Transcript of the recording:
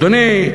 אדוני,